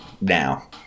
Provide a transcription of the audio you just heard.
now